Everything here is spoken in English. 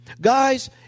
Guys